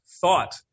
thought